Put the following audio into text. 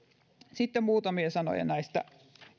sitten muutamia sanoja näistä